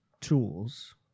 tools